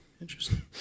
Interesting